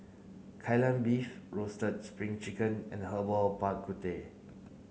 Kai Lan Beef roasted crispy spring chicken and Herbal Bak Ku Teh